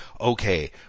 okay